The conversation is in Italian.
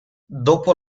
dopo